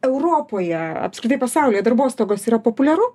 europoje apskritai pasaulyje darbostogos yra populiaru